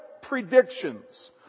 predictions